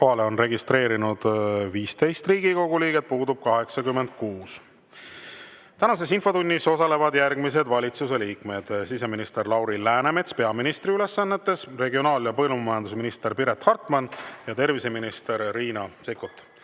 on registreerunud 15 Riigikogu liiget, puudub 86. Tänases infotunnis osalevad järgmised valitsusliikmed: siseminister Lauri Läänemets peaministri ülesannetes, regionaal- ja põllumajandusminister Piret Hartman ja terviseminister Riina Sikkut.